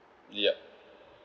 yup